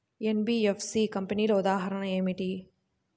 NBFC కంపెనీల ఉదాహరణ ఏమిటి?